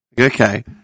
Okay